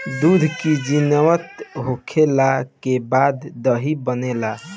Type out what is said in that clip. दूध किण्वित होखला के बाद दही बनेला